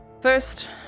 First